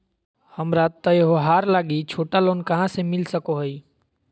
हमरा त्योहार लागि छोटा लोन कहाँ से मिल सको हइ?